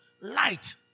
Light